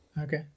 Okay